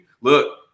Look